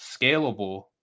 scalable